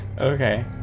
Okay